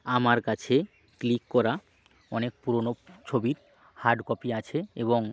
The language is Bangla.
আমার কাছে ক্লিক করা অনেক পুরোনো ছবির হার্ড কপি আছে এবং